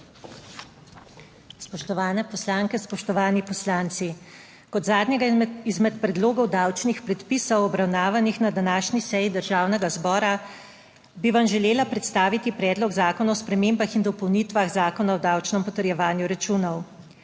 Spoštovane poslanke, spoštovani poslanci! Kot zadnjega izmed predlogov davčnih predpisov, obravnavanih na današnji seji Državnega zbora bi vam želela predstaviti Predlog zakona o spremembah in dopolnitvah Zakona o davčnem potrjevanju računov.